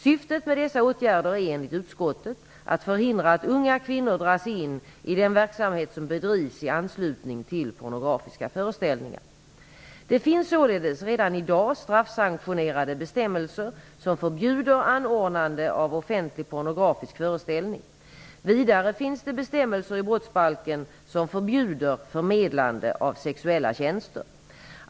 Syftet med dessa åtgärder är enligt utskottet att förhindra att unga kvinnor dras in i den verksamhet som bedrivs i anslutning till pronografiska föreställningar. Det finns således redan i dag straffsanktionerade bestämmelser som förbjuder anordnande av offentlig pornografisk föreställning. Vidare finns det bestämmelser i brottsbalken som förbjuder förmedlande av sexuella tjänster.